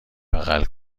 بغل